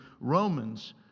Romans